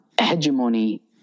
hegemony